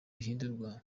rihindurwa